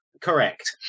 correct